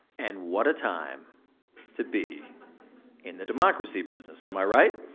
and what a time to be in the democracy business, am i right?